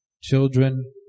Children